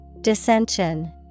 Dissension